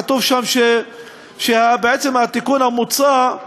כתוב שם שבעצם התיקון המוצע,